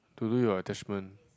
to do your attachment